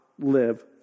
live